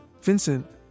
Vincent